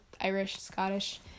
Irish-Scottish